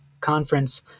conference